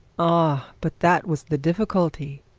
ah! but that was the difficulty.